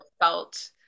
felt